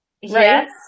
Yes